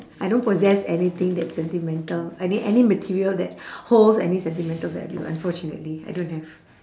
I don't possess anything that sentimental any any material that holds any sentimental value unfortunately I don't have